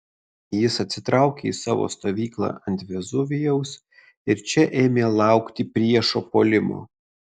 jis atsitraukė į savo stovyklą ant vezuvijaus ir čia ėmė laukti priešo puolimo